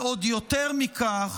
ועוד יותר מכך,